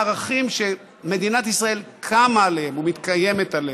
אלה ערכים שמדינת ישראל קמה עליהם ומתקיימת עליהם.